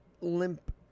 limp